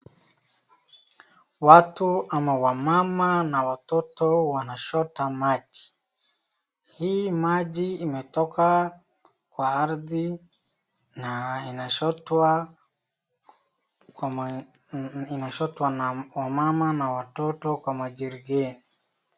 Watu ama wamama na watoto wanachota maji ,hii maji imetoka kwa ardhi na inachotwa na wamama na watoto kwa majerikeni.